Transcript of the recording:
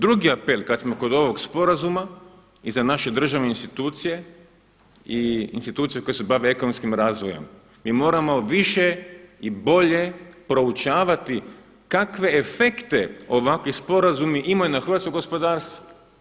Drugi apel, kada smo kod ovog sporazuma i za naše državne institucije i institucije koje se bave ekonomskim razvojem, mi moramo više i bolje proučavati kakve efekte ovakvi sporazumi imaju na hrvatsko gospodarstvo.